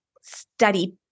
study